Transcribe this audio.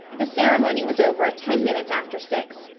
the ceremony was over at ten minutes after six.